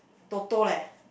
Toto leh